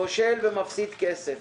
כושל ומפסיד כסף.